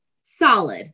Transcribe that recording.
solid